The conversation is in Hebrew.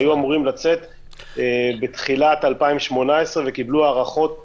-- שהיו אמורים לצאת בתחילת 2018 וקיבלו הארכות